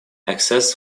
access